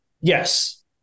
yes